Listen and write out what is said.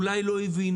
אולי לא הבינו,